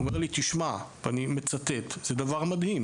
הוא אמר לי, תשמע אני מצטט: "זה דבר מדהים.